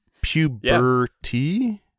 Puberty